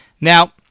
Now